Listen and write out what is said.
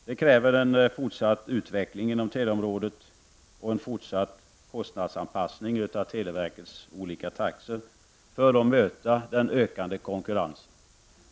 Det kräver en fortsatt utveckling inom teleområdet och en fortsatt kostnadsanpassning av televerkets olika taxor för att möta den ökande konkurrensen.